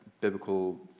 biblical